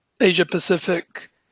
Asia-Pacific